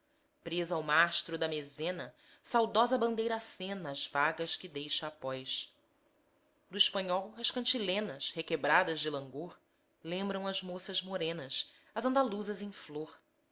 presa ao mastro da mezena saudosa bandeira acena as vagas que deixa após do espanhol as cantilenas requebradas de langor lembram as moças morenas as andaluzas em flor